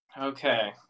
Okay